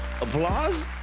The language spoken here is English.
applause